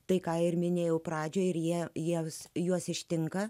tai ką ir minėjau pradžioje ir jie jėzus juos ištinka